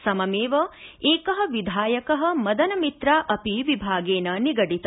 सममेव एक विधायक मदनमित्रा अपि विभागेन निगडित